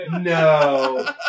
No